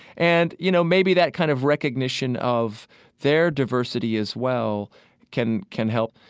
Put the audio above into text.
and you know maybe that kind of recognition of their diversity as well can can help.